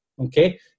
Okay